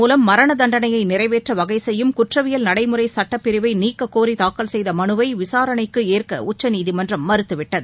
மூலம் மரணதண்டனையைநிறைவேற்றவகைசெய்யும் குற்றவியல் நடைமுறைச் தூக்குதண்டனை சட்டப்பிரிவைநீக்கக்கோரிதாக்கல் செய்தமனுவைவிசாரணைக்குஏற்கஉச்சநீதிமன்றம் மறுத்துவிட்டது